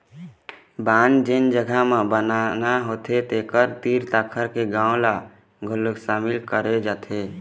बांध जेन जघा म बनाना होथे तेखर तीर तखार के गाँव ल घलोक सामिल करे जाथे